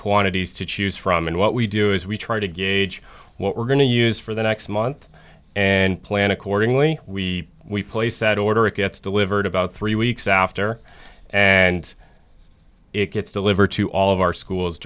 quantities to choose from and what we do is we try to gauge what we're going to use for the next month and plan accordingly we we place that order it gets delivered about three weeks after and it gets delivered to all of our schools